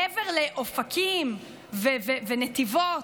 מעבר לאופקים ונתיבות.